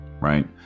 Right